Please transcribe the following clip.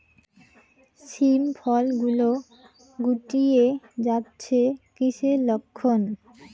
শিম ফল গুলো গুটিয়ে যাচ্ছে কিসের লক্ষন?